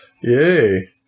yay